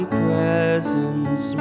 presence